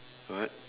what